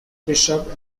bishop